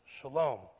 shalom